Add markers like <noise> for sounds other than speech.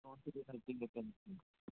<unintelligible>